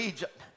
Egypt